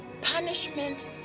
punishment